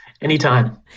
Anytime